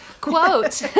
quote